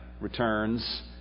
returns